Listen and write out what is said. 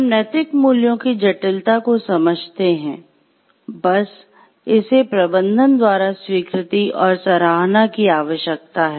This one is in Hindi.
हम नैतिक मूल्यों की जटिलता को समझते हैं बस इसे प्रबंधन द्वारा स्वीकृति और सराहना की आवश्यकता है